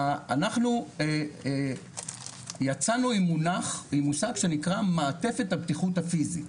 אנחנו יצאנו עם מושג שנקרא 'מעטפת הבטיחות הפיזית'.